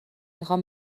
میخام